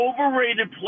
overrated